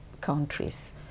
countries